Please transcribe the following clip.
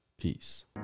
Peace